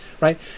Right